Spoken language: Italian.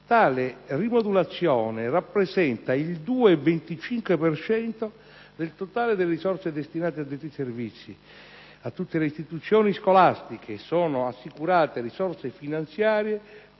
tale rimodulazione rappresenta il 2,25 per cento del totale delle risorse destinate a detti servizi; a tutte le istituzioni scolastiche sono assicurate risorse finanziarie